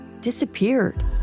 disappeared